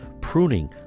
pruning